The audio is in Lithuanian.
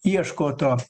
ieško to